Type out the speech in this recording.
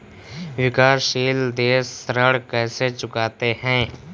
विकाशसील देश ऋण कैसे चुकाते हैं?